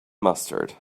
mustard